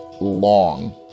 long